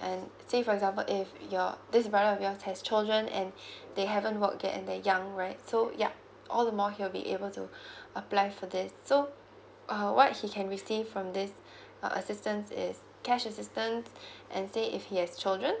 and say for example if you're this brother of yours has children and they haven't worked and then young right so yup all the more he will be able to apply for this so uh what he can receive from this uh assistance is cash assistance and say if he has children